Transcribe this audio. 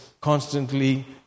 constantly